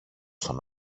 στον